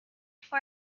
for